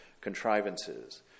contrivances